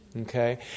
okay